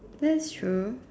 that's true